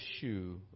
shoe